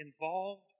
involved